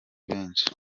benshi